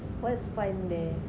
what's fun there